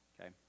Okay